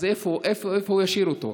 אז איפה הוא ישאיר אותם?